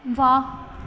ਵਾਹ